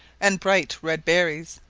and bright red berries,